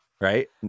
right